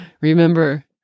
remember